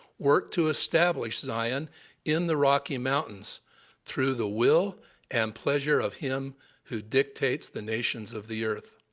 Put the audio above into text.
worked to establish zion in the rocky mountains through the will and pleasure of him who dictates the nations of the earth.